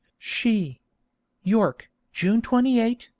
she york, june twenty eight,